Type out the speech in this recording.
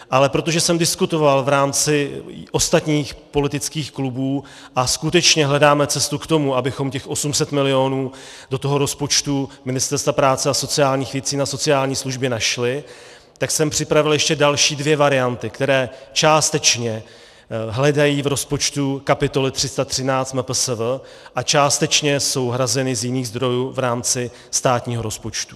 Ale protože jsem diskutoval v rámci ostatních politických klubů a skutečně hledáme cestu k tomu, abychom těch 800 milionů do rozpočtu Ministerstva práce a sociálních věcí na sociální služby našli, tak jsem připravil ještě další dvě varianty, které částečně hledají v rozpočtu kapitoly 313 MPSV a částečně jsou hrazeny z jiných zdrojů v rámci státního rozpočtu.